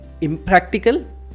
impractical